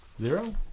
Zero